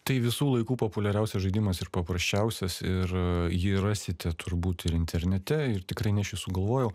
tai visų laikų populiariausias žaidimas ir paprasčiausias ir jį rasite turbūt ir internete ir tikrai ne aš jį sugalvojau